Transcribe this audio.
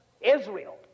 Israel